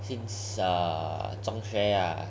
since err 中学 ah